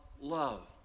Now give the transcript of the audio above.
love